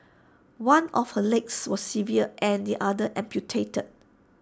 one of her legs was severed and the other amputated